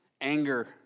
anger